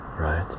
right